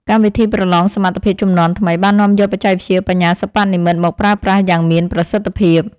កម្មវិធីប្រឡងសមត្ថភាពជំនាន់ថ្មីបាននាំយកបច្ចេកវិទ្យាបញ្ញាសិប្បនិម្មិតមកប្រើប្រាស់យ៉ាងមានប្រសិទ្ធភាព។